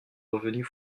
revenue